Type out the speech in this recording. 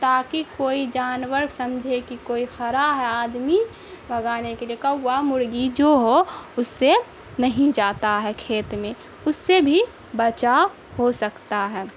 تاکہ کوئی جانور سمجھے کہ کوئی کھڑا ہے آدمی لگانے کے لیے کوا مرغی جو ہو اس سے نہیں جاتا ہے کھیت میں اس سے بھی بچاؤ ہو سکتا ہے